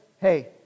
hey